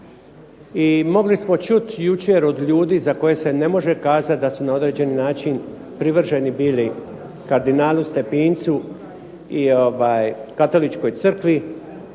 I mogli smo čut jučer od ljudi za koje se ne može kazati da su na određeni način privrženi bili kardinalu Stepincu i Katoličkoj crkvi,